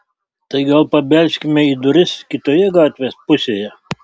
tai gal pabelskime į duris kitoje gatvės pusėje